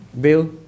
Bill